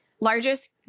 largest